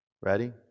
Ready